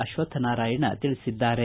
ಅಶ್ವಕ್ಷ ನಾರಾಯಣ ತಿಳಿಸಿದ್ದಾರೆ